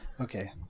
okay